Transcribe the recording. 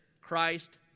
Christ